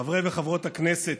חברי וחברות הכנסת,